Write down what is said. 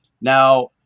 Now